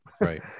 right